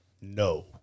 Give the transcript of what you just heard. No